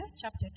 chapter